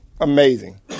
Amazing